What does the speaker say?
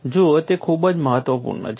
જુઓ તે ખૂબ જ મહત્વપૂર્ણ છે